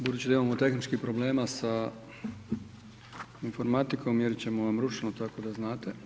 Budući da imamo tehničkih problema sa informatikom, mjeriti ćemo vam ručno, tako da znate.